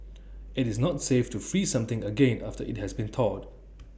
IT is not safe to freeze something again after IT has been thawed